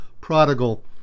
prodigal